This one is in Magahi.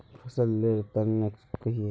फसल लेर तने कहिए?